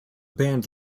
band